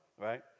right